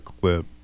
clip